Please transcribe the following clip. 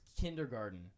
kindergarten